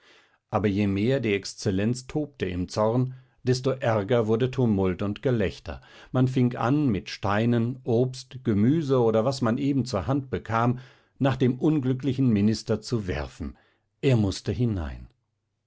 aber je mehr die exzellenz tobte im zorn desto ärger wurde tumult und gelächter man fing an mit steinen obst gemüse oder was man eben zur hand bekam nach dem unglücklichen minister zu werfen er mußte hinein